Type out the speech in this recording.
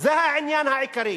זה העניין העיקרי.